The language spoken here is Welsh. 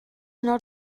yno